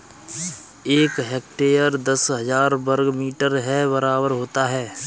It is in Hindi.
एक हेक्टेयर दस हजार वर्ग मीटर के बराबर होता है